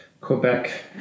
Quebec